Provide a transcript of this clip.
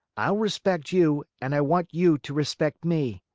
i'll respect you and i want you to respect me.